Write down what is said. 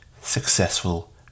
successful